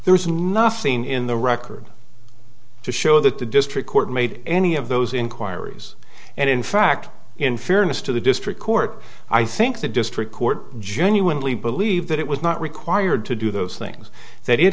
there is nothing in the record to show that the district court made any of those inquiries and in fact in fairness to the district court i think the district court genuinely believed that it was not required to do those things that it